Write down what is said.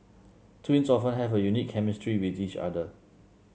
twins often have a unique chemistry with each other